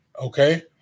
okay